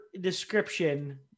description